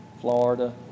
Florida